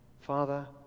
Father